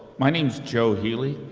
my name is joe healy.